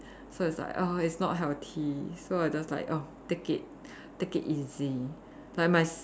so it's like err it's not healthy so I just like oh take it take it easy like my s~